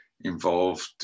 involved